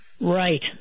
Right